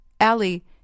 Ali